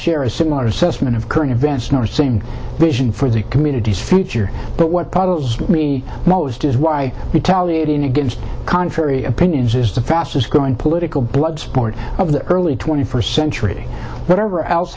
share a similar assessment of current events nor same vision for the communities future but what puzzles me most is why we tally it in against contrary opinions is the fastest growing political bloodsport of the early twenty first century whatever else